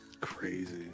Crazy